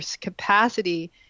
capacity